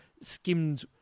skimmed